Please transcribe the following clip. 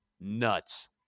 nuts